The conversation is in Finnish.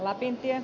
lapintie